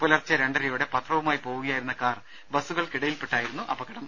പുലർച്ചെ രണ്ടരയോടെ പത്രവു മായി പോവുകയായിരുന്ന കാർ ബസ്സുകൾക്കിടയിൽപ്പെട്ടായിരുന്നു അപകടം